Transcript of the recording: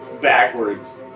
backwards